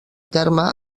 terme